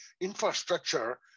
infrastructure